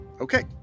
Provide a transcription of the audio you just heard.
okay